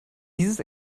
dieses